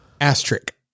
Asterisk